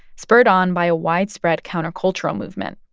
spurred on by a widespread countercultural movement.